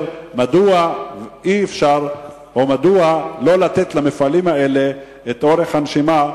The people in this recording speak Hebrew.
מדוע אי-אפשר או מדוע לא לתת למפעלים האלה את אורך הנשימה,